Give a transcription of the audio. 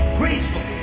graceful